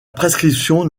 prescription